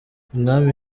umwami